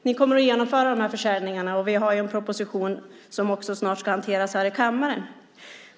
Ni kommer att genomföra försäljningarna, och vi har en proposition som snart ska hanteras i kammaren.